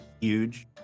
huge